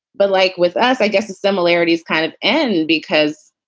but like with us, i guess the similarities kind of end because.